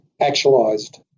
actualized